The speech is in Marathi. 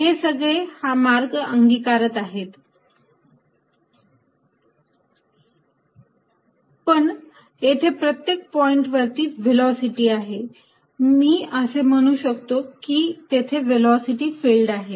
हे सगळे हा मार्ग अंगीकारत आहेत पण येथे प्रत्येक पॉईंट वरती व्हेलॉसिटी आहे मी असे म्हणू शकतो की तेथे व्हेलॉसिटी फिल्ड आहे